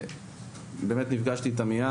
ובאמת מייד נפגשתי איתכם.